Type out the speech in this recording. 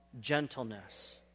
gentleness